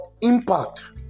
impact